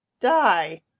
die